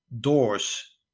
doors